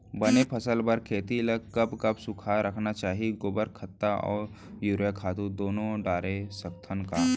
बने फसल बर खेती ल कब कब सूखा रखना चाही, गोबर खत्ता और यूरिया खातू दूनो डारे सकथन का?